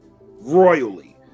royally